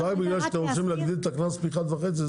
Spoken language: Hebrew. אז רק בגלל שאתם רוצים להגדיל את הקנס פי אחד וחצי,